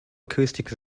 acoustic